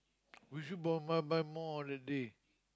we should buy buy buy more on that day